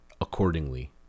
accordingly